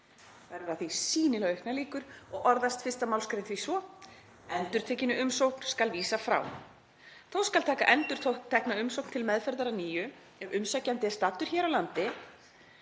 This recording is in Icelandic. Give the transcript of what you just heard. — verða því: sýnilega auknar líkur — „og orðast 1. mgr. því svo: „Endurtekinni umsókn skal vísað frá. Þó skal taka endurtekna umsókn til meðferðar að nýju ef umsækjandi er staddur hér á landi